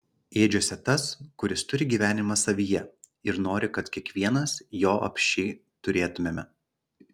ėdžiose tas kuris turi gyvenimą savyje ir nori kad kiekvienas jo apsčiai turėtumėme